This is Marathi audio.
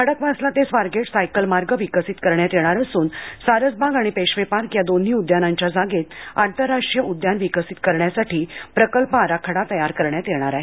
खडकवासला ते स्वारगेट सायकल मार्ग विकसीतकरण्यात येणार असून सारसबाग आणि पेशवे पार्क या दोन्ही उद्यानांच्या जागेत आंतरराष्ट्रीयउद्यान विकसित करण्यासाठी प्रकल्प आराखडा तयार करण्यात येणार आहे